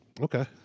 Okay